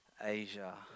Asia